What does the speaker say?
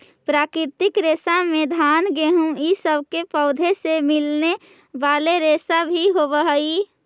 प्राकृतिक रेशा में घान गेहूँ इ सब के पौधों से मिलने वाले रेशा भी होवेऽ हई